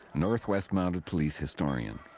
north west mounted police historian.